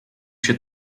się